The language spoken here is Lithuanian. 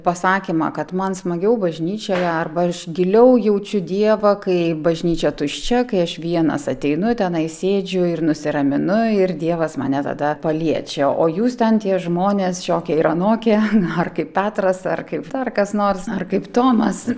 pasakymą kad man smagiau bažnyčioje arba iš giliau jaučiu dievą kai bažnyčia tuščia kai aš vienas ateinu tenai sėdžiu ir nusiraminu ir dievas mane tada paliečia o jūs ten tie žmonės šiokie ir anokie a har kaip petras ar kaip dar kas nors ar kaip tomas